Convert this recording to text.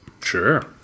sure